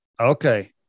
Okay